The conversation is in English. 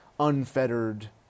unfettered